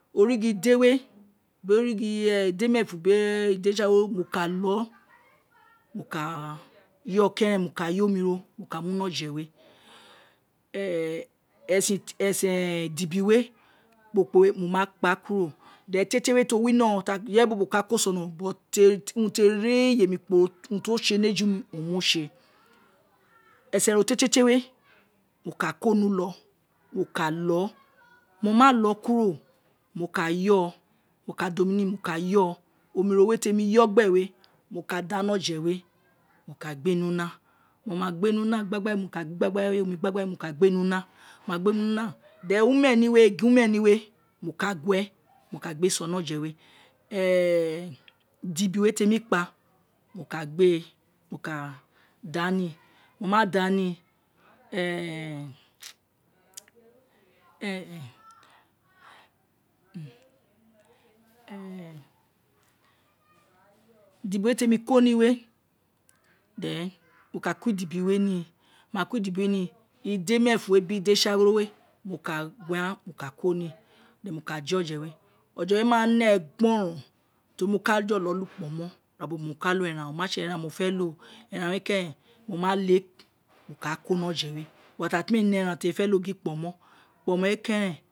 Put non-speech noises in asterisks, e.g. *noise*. Origho ide we biri origho biri ideine fun biri origho eja we wo ka lo, wo ka yo. Keren wo kayo omiro mo ka mu ni ino oje we, *hesitation* esen esen idibi we kporo kporo we mo gba kuro then tie tie ti o wino mo ka ko o sono teri ira iyemi kporo ti ose ni eju mi, owun mo se, esen ro tietie we o ka kani ulo wo ka lo mo ma lo kuro mo ka yo o mo ka da ani ni omi ro we ti emi yo gbe we mo ka da ni oje we mo kagbe ni una wo magbee ni una, gbegbe mo ka mu gbagbe we, moka gbe ni una, mo gba gbe ni una then, umeni we, ukumeni we, mo ka gue e mo ka gbe so ni oje we *hesitation* idibi we ti emi ko ni we then, moka ko idibi we ni mo wa ko idibi ni, idimefun owun biri ide saghoro we mo ka gue ghan ni, mo ka de oje we oje we ma ne gboron tori mo ka jolo lo kpomo, mo kalo eran, o omase eran mofe lo eran we keren mo ka le, mo ka ko ni oje we ira ti mi e ne eran ti mo fe lo, gin kpomo wo mu keren.